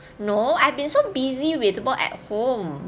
no I've been so busy with work at home